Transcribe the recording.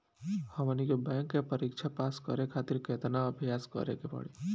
हमनी के बैंक के परीक्षा पास करे खातिर केतना अभ्यास करे के पड़ी?